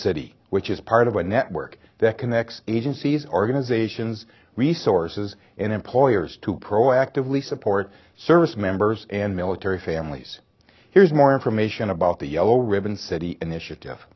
city which is part of a network that connects agencies organizations resources and employers to proactively support service members and military families here's more information about the yellow ribbon city